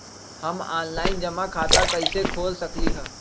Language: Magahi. हम ऑनलाइन जमा खाता कईसे खोल सकली ह?